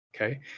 Okay